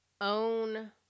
Own